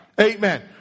amen